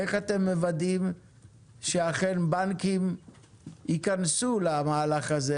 איך אתם מוודאים שאכן בנקים ייכנסו למהלך הזה